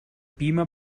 beamer